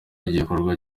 igikorwa